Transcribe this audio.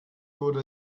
wurde